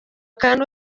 kandi